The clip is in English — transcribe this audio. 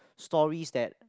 stories that